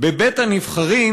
בבית-הנבחרים